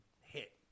hit